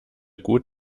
gut